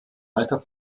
alter